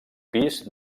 pis